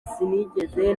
sinigeze